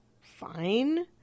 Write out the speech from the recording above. fine